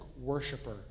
worshiper